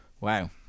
Wow